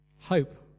hope